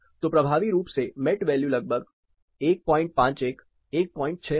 तो प्रभावी रूप से मेट मूल्य लगभग 151 16 होगा